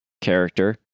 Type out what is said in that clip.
character